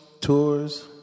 tours